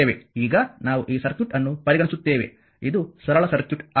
ಈಗ ನಾವು ಈ ಸರ್ಕ್ಯೂಟ್ ಅನ್ನು ಪರಿಗಣಿಸುತ್ತೇವೆ ಇದು ಸರಳ ಸರ್ಕ್ಯೂಟ್ ಆಗಿದೆ